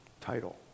Title